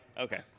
Okay